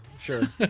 sure